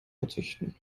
verzichten